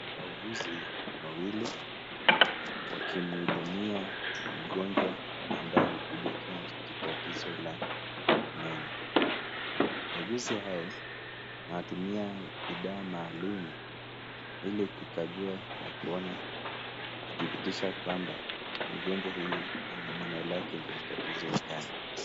Wauguzi wawili wakimhudumia mgonjwa ambaye amekuja akiwa na tatizo la meno. Wauguzi hao wanatumia bidhaa maalum ili kukagua na kuona kudhibitisha kwamba mgonjwa huyu ana meno lake lina tatizo gani.